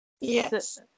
yes